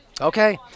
Okay